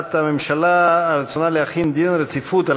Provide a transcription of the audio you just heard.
להודעת הממשלה על רצונה להחיל דין רציפות על